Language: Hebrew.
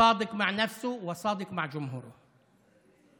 כן עם עצמו וכן עם הציבור שלו.